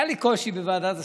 היה לי קושי בוועדת השרים,